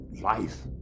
life